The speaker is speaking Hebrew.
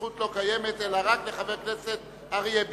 הזכות לא קיימת אלא לחבר הכנסת אריה ביבי.